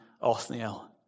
Othniel